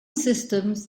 systems